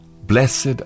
blessed